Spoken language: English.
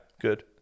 good